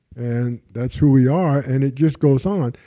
and that's who we are, and it just goes on.